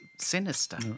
sinister